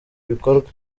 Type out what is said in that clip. bikorwe